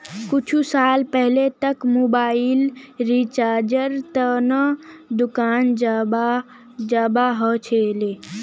कुछु साल पहले तक मोबाइल रिचार्जेर त न दुकान जाबा ह छिले